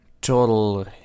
total